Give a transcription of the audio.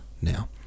now